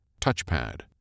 Touchpad